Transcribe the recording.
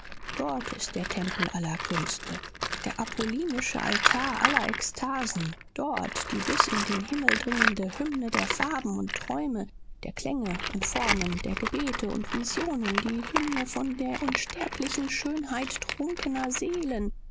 dort ist der tempel aller künste der apollinische altar aller ekstasen dort die bis in den himmel dringende hymne der farben und träume der klänge und formen der gebete und visionen die hymne von der unsterblichen schönheit trunkener seelen